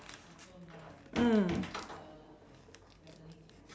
mm